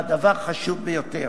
והדבר חשוב ביותר: